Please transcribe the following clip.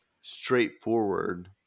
straightforward